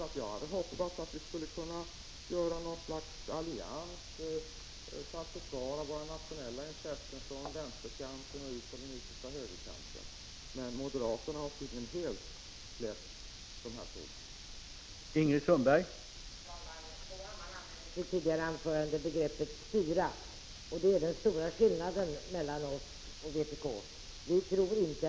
Jag hade hoppats att vi skulle kunna skapa något slags allians för att försvara våra nationella intressen, från vänsterkanten och ut till den yttersta högerkanten, men moderaterna har tydligen helt släppt dessa frågor.